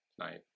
tonight